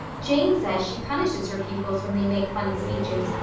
jane says she punishes her pupils when they make funny speeches,